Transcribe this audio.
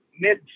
mid